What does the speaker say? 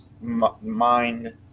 mind